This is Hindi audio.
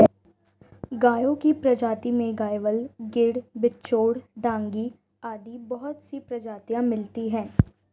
गायों की प्रजाति में गयवाल, गिर, बिच्चौर, डांगी आदि बहुत सी प्रजातियां मिलती है